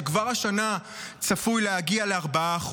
שכבר השנה צפויה להגיע ל-4%.